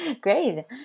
Great